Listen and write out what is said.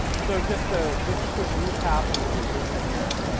so just a just a quick recap on what we're doing here.